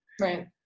right